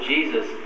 Jesus